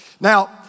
Now